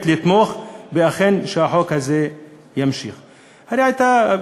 לתמוך בכך שאכן החוק הזה ימשיך להתקיים.